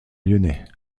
lyonnais